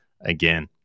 again